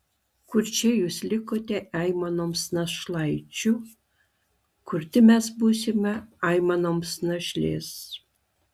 kurčia jūs likote aimanoms našlaičių kurti mes būsime aimanoms našlės